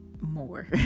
more